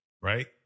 Right